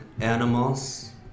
animals